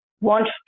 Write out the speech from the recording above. want